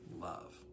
love